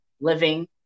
living